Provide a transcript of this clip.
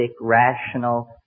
rational